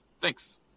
Thanks